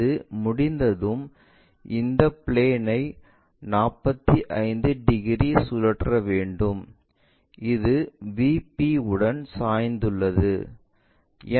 அது முடிந்ததும் இந்த பிளேன் ஐ 45 டிகிரி சுழற்ற வேண்டும் இது VP உடன் சாய்ந்துள்ளது